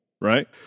right